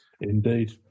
indeed